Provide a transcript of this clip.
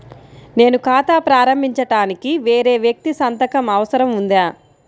నేను ఖాతా ప్రారంభించటానికి వేరే వ్యక్తి సంతకం అవసరం ఉందా?